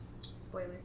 spoiler